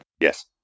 yes